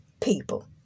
People